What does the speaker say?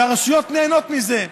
והרשויות נהנות מזה.